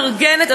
מתארגנת,